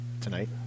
tonight